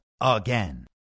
again